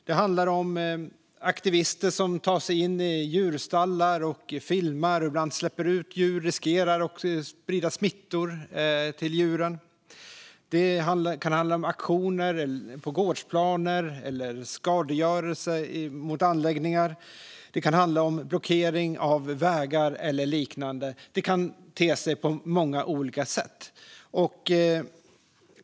Det handlar om aktivister som tar sig in i djurstallar, filmar och släpper ut djur och som riskerar att sprida smitta till djuren. Det handlar om aktioner på gårdsplaner, skadegörelse på anläggningar och blockering av vägar och liknande. Det kan se ut på många olika sätt.